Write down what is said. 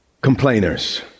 complainers